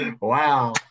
Wow